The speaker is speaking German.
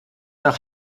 nach